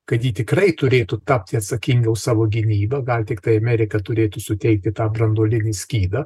kad ji tikrai turėtų tapti atsakinga už savo gyvybę gal tiktai amerika turėtų suteikti tą branduolinį skydą